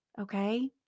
Okay